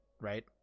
right